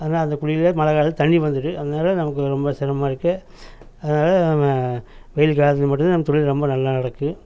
ஆனால் அந்த குழில மழை காலத்தில தண்ணி வந்துடும் அதனால் நமக்கு ரொம்ப சிரமமா இருக்குது அதனால் நம்ம வெயில் காலத்தில் மட்டும் தான் நம்ம தொழில் ரொம்ப நல்லா நடக்கும்